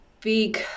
big